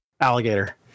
alligator